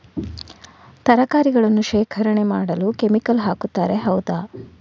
ತರಕಾರಿಗಳನ್ನು ಶೇಖರಣೆ ಮಾಡಲು ಕೆಮಿಕಲ್ ಹಾಕುತಾರೆ ಹೌದ?